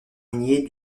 minier